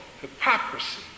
hypocrisy